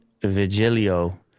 Vigilio